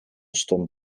stond